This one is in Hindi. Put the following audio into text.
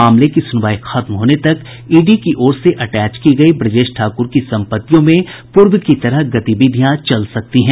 मामले की सुनवाई खत्म होने तक ईडी की ओर से अटैच की गयी ब्रजेश ठाक्र की अचल संपत्तियों में पूर्व की तरह गतिविधियां चल सकती हैं